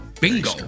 Bingo